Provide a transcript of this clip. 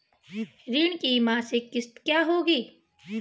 ऋण की मासिक किश्त क्या होगी?